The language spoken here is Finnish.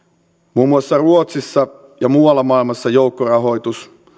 muun muassa ruotsissa ja muualla maailmassa joukkorahoitus